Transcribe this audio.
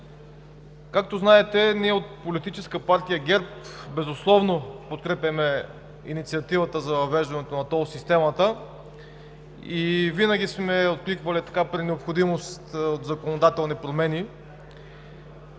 Както знаете, ние от Политическа партия ГЕРБ безусловно подкрепяме инициативата за въвеждането на тол системата и винаги сме откликвали при необходимост от законодателни промени.